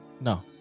No